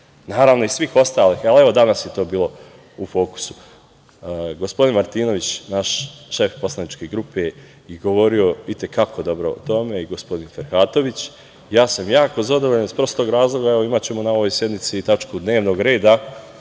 naroda. I svih ostalih, naravno, ali ovo je danas bilo u fokusu. Gospodin Martinović, naš šef poslaničke grupe je govorio i te kako dobro o tome i gospodin Fehratović, ja sam jako zadovoljan, iz prostog razloga, evo imaćemo na ovoj sednici tačku dnevnog reda